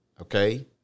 okay